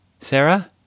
Sarah